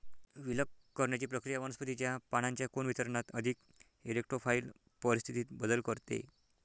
विलग करण्याची प्रक्रिया वनस्पतीच्या पानांच्या कोन वितरणात अधिक इरेक्टोफाइल परिस्थितीत बदल करते